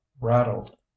rattled